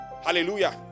Hallelujah